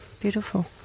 Beautiful